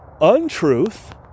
untruth